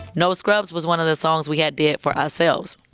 no scrubs was one of the songs we had did for ourselves.